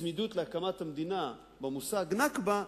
בצמידות להקמת המדינה, למושג "נכבה".